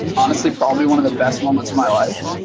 honestly, probably one of the best moments of my life.